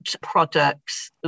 products